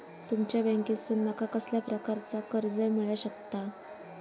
तुमच्या बँकेसून माका कसल्या प्रकारचा कर्ज मिला शकता?